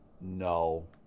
No